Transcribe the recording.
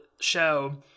show